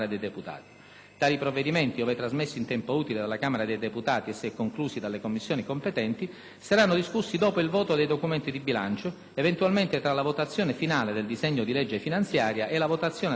Tali provvedimenti, ove trasmessi in tempo utile dalla Camera dei deputati e se conclusi dalle Commissioni competenti, saranno discussi dopo il voto dei documenti di bilancio, eventualmente tra la votazione finale del disegno di legge finanziaria e la votazione del bilancio,